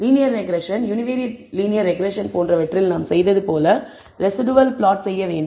linear regression univariate linear regression போன்றவற்றில் நாம் செய்தது போல ரெஸிடுவல் ப்ளாட் செய்ய வேண்டும்